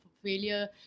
failure